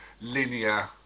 linear